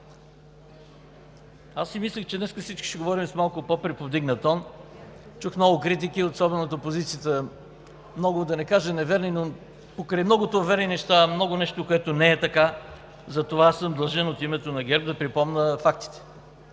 Аз си мислех, че днес всички ще говорим с малко по-приповдигнат тон. Чух много критики, особено от опозицията – да не кажа неверни, но покрай многото верни неща, много нещо, което не е така. Затова съм длъжен от името на ГЕРБ да припомня фактите,